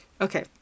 okay